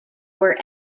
were